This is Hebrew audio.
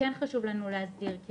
חשוב לנו להסדיר אותו.